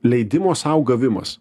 leidimo sau gavimas